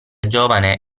giovane